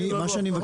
מה שאני מבקש,